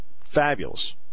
fabulous